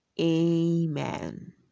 amen